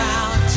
out